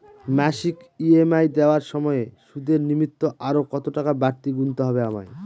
মাসিক ই.এম.আই দেওয়ার সময়ে সুদের নিমিত্ত আরো কতটাকা বাড়তি গুণতে হবে আমায়?